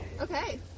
Okay